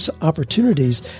opportunities